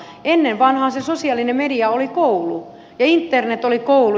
ennen vanhaan se sosiaalinen media oli koulu ja internet oli koulu